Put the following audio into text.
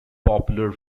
popular